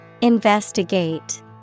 Investigate